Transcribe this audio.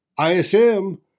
ISM